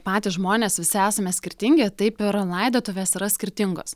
patys žmonės visi esame skirtingi taip yra laidotuvės yra skirtingos